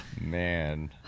Man